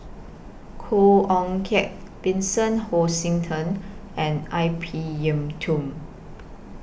Khoo Oon Teik Vincent Hoisington and I P Yiu Tung